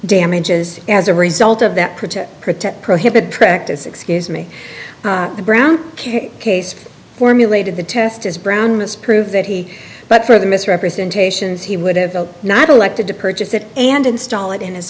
damages as a result of that protest protect prohibit practice excuse me brown came case formulated the test is brownness prove that he but for the misrepresentations he would have not elected to purchase it and install it in his